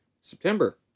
September